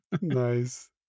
Nice